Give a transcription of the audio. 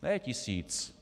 Ne tisíc.